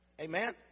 Amen